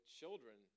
children